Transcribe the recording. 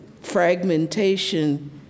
fragmentation